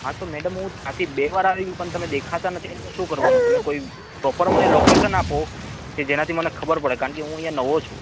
હા તો મેડમ હુ ત્યાંથી બે વાર આવી ગયો પણ તમે દેખાતાં નથી તો શું કરવાનું તમે કોઈ પ્રોપર લોકેસન આપો કે જેનાથી મને ખબર પડે કારણ કે હું અહીં નવો છું